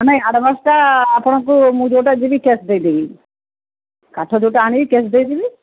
ନାଇଁ ନାଇଁ ଆଡଭାନ୍ସଟା ଆପଣଙ୍କୁ ମୁଁ ଯୋଉଟା ଯିବି କ୍ୟାସ୍ ଦେଇଦେବି କାଠ ଯୋଉଟା ଆଣିବି କ୍ୟାସ୍ ଦେଇଦେବି